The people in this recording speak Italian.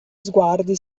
sguardi